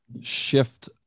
shift